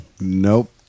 Nope